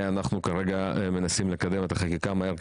אנחנו כרגע מנסים לקדם את החקיקה כי